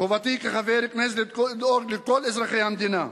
חובתי כחבר כנסת לדאוג לכל אזרחי המדינה,